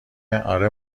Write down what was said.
اره